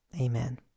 Amen